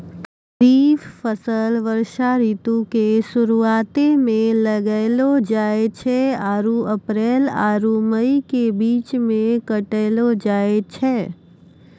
खरीफ फसल वर्षा ऋतु के शुरुआते मे लगैलो जाय छै आरु अप्रैल आरु मई के बीच मे काटलो जाय छै